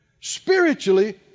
Spiritually